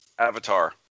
avatar